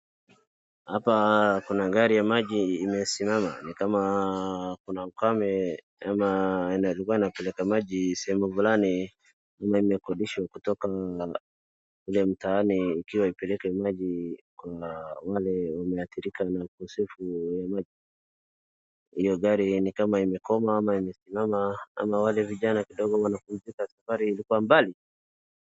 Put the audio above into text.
Hapa kuna gari ya maji imesimama, ni kama kuna ukame na ili kuwa inapeleka maji sehemu fulani na imekodishwa kutoka ile mtaani ikiwa imepeleka maji, kuna wale wameathirika kwa ukosefu wa maji. Hiyo gari ni kama imekwama ama imesimama ama wale vijana kidogo wanapumzika safari ilikuwa mbali.